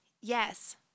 yes